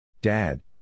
Dad